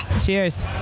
Cheers